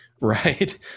Right